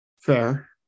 Fair